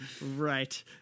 Right